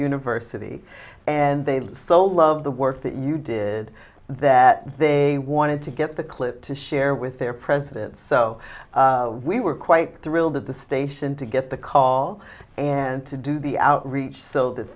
university and they live so love the work that you did that they wanted to get the clip to share with their president so we were quite thrilled at the station to get the call and to do the outreach s